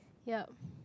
yup